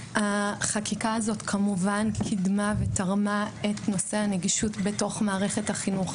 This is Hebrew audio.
החקיקה הזאת כמובן קידמה ותרמה לנושא הנגישות בתוך מערכת החינוך,